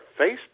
Facebook